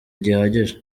gihagije